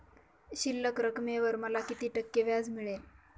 शिल्लक रकमेवर मला किती टक्के व्याज मिळेल?